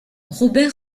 robert